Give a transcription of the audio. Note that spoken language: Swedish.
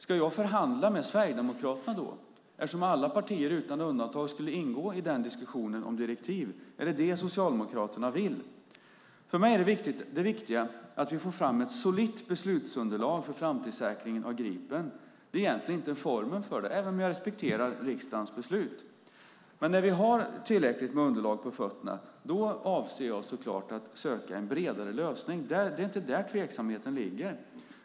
Ska jag då förhandla med Sverigedemokraterna eftersom alla partier utan undantag skulle ingå i den diskussionen om direktiv? Är det vad Socialdemokraterna vill? För mig är det viktiga att vi får fram ett solitt beslutsunderlag för framtidssäkringen av Gripen. Det är egentligen inte formen för det, även om jag respekterar riksdagens beslut. När vi har tillräckligt med underlag på fötterna avser jag så klart att söka en bredare lösning. Det är inte där tveksamheten ligger.